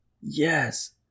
yes